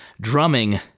drumming